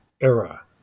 era